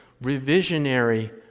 revisionary